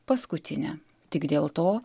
paskutinę tik dėl to